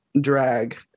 drag